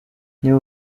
niba